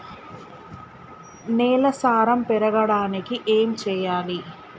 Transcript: నేల సారం పెరగడానికి ఏం చేయాలి?